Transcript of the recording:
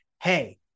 Hey